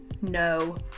no